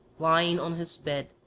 lying on his bed,